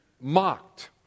mocked